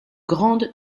grande